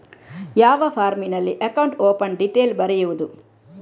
ಯಾವ ಫಾರ್ಮಿನಲ್ಲಿ account open detail ಬರೆಯುವುದು?